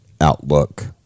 outlook